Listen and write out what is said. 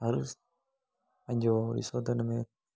हर पंहिंजो ॾिसो त इन में